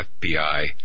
FBI